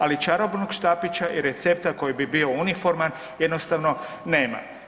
Ali čarobnog štapića i recepta koji bi bio uniforman, jednostavno nema.